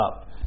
up